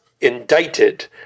indicted